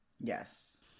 Yes